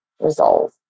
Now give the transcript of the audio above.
resolve